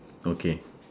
okay